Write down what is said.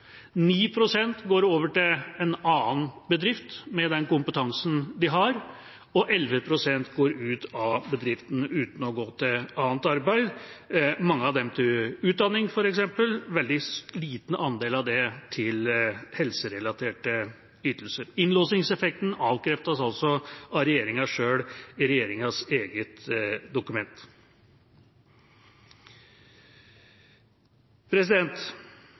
pst. går over til en annen bedrift med den kompetansen de har. Og 11 pst. går ut av bedriften uten å gå til annet arbeid – mange av dem til utdanning, f.eks., og en veldig liten andel til helserelaterte ytelser. Innlåsingseffekten avkreftes altså av regjeringa selv i regjeringas eget dokument.